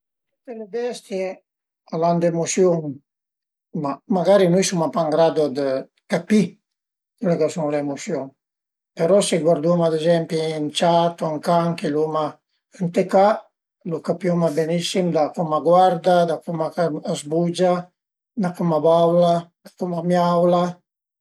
Le bestie al an d'emusiun, ma magari nui suma pa ën grado dë capì cule ch'a sun le emusiun però si guarduma ad ezempi ën ciat o ün can chë l'uma ën la ca, lu capuma benissim da cum a guarda, da cum ch'a s'bugia, da cum a baula, da cum a miaula